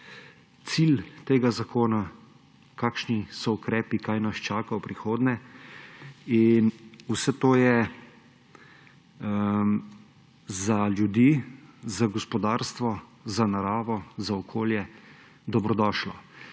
cilj tega zakona, kakšni so ukrepi, kaj nas čaka v prihodnje, in vse to je za ljudi, za gospodarstvo, za naravo, za okolje dobrodošlo.